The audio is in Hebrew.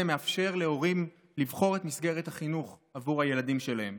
מאפשר להורים לבחור את מסגרת החינוך עבור הילדים שלהם,